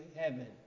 heaven